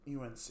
UNC